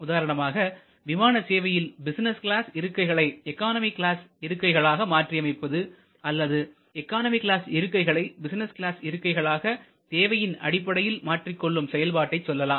உதாரணமாக விமான சேவையில் பிசினஸ் கிளாஸ் இருக்கைகளை எக்கானமி கிளாசில் இருக்கைகளாக மாற்றியமைப்பது அல்லது எக்கானமி கிளாஸ் இருக்கைகளை பிசினஸ் கிளாஸ் இருக்கைகள் ஆக தேவையின் அடிப்படையில் மாற்றிக் கொள்ளும் செயல்பாட்டைச் சொல்லலாம்